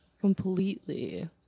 Completely